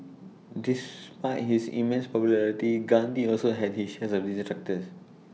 despite his immense popularity Gandhi also had his shares of detractors